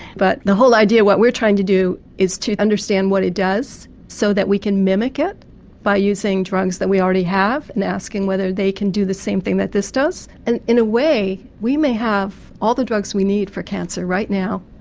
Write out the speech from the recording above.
but the whole idea, what we are trying to do is to understand what it does so that we can mimic it by using drugs that we already have and asking whether they can do the same thing that this does. and in a way we may have all the drugs we need for cancer right now,